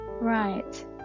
right